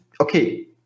okay